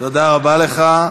תודה רבה לך.